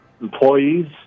employees